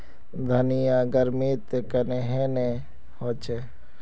धनिया गर्मित कन्हे ने होचे?